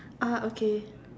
ah okay